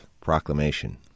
proclamation